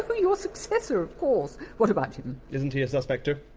your successor, of course. what about him? isn't he a suspect too?